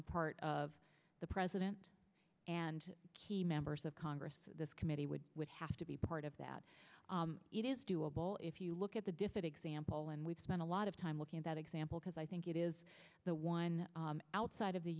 the part of the president and members of congress this committee would have to be part of that it is doable if you look at the diff it example and we've spent a lot of time looking at that example because i think it is the one outside of the